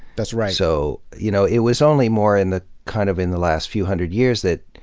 that's right. so you know it was only more in the kind of in the last few hundred years that,